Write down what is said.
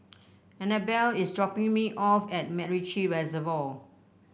Anabel is dropping me off at MacRitchie Reservoir